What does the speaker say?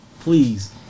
Please